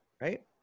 right